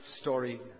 story